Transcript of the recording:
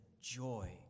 joy